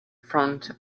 front